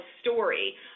story